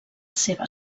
seva